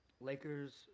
Lakers